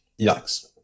Yikes